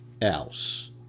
else